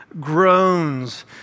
groans